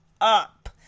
up